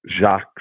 Jacques